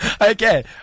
Okay